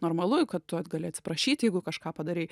normalu kad tu gali atsiprašyti jeigu kažką padarei